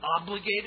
obligated